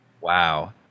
Wow